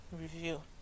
review